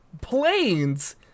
Planes